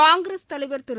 காங்கிரஸ் தலைவர் திரு